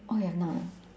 oh you've not